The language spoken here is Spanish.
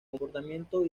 comportamiento